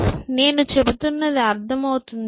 నేను చెబుతున్నది అర్థమవుతున్నది కదా